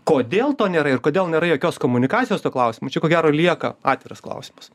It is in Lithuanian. kodėl to nėra ir kodėl nėra jokios komunikacijos tuo klausimu čia ko gero lieka atviras klausimas